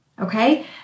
Okay